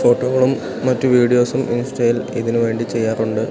ഫോട്ടോകളും മറ്റ് വീഡിയോസും ഇൻസ്റ്റയിൽ ഇതിനു വേണ്ടി ചെയ്യാറുണ്ട്